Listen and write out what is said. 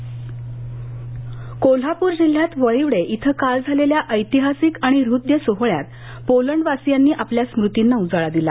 Kolhapur Poland Kolhapur जिल्ह्यात वळीवडे इथं काल झालेल्या ऐतिहासिक आणि हृद्य सोहळ्यात पोलंडवासियांनी आपल्या स्मृतींना उजाळा दिला